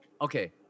okay